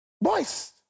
boys